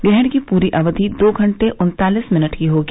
ग्रहण की पूरी अवधि दो घंटे उन्तालीस मिनट की होगा